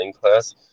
class